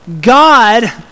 God